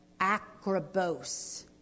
acrobos